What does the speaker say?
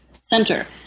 center